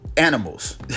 Animals